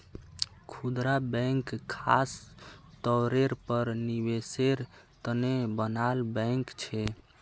खुदरा बैंक ख़ास तौरेर पर निवेसेर तने बनाल बैंक छे